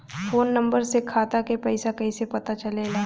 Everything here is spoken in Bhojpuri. फोन नंबर से खाता के पइसा कईसे पता चलेला?